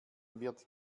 wird